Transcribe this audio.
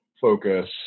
focus